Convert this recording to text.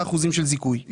35% של זיכוי.